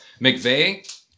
McVeigh